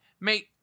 mate